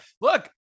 Look